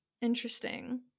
Interesting